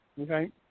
Okay